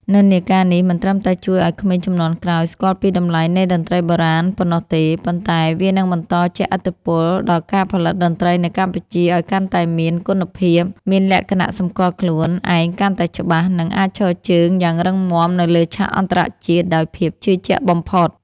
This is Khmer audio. និន្នាការនេះមិនត្រឹមតែជួយឱ្យក្មេងជំនាន់ក្រោយស្គាល់ពីតម្លៃនៃតន្ត្រីបុរាណប៉ុណ្ណោះទេ ប៉ុន្តែវានឹងបន្តជះឥទ្ធិពលដល់ការផលិតតន្ត្រីនៅកម្ពុជាឱ្យកាន់តែមានគុណភាព មានលក្ខណៈសម្គាល់ខ្លួនឯងកាន់តែច្បាស់ និងអាចឈរជើងយ៉ាងរឹងមាំនៅលើឆាកអន្តរជាតិដោយភាពជឿជាក់បំផុត។